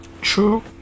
True